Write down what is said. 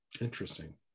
Interesting